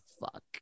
fuck